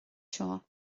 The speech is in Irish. seo